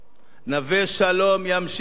נווה-שלום ימשיך להיות,